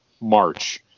March